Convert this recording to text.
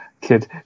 kid